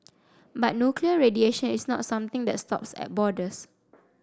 but nuclear radiation is not something that stops at borders